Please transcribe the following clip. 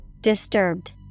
Disturbed